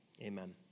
amen